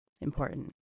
important